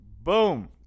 boom